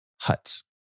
huts